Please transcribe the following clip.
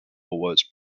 was